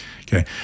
Okay